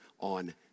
on